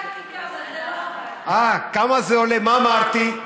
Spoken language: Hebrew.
מה אמרתי?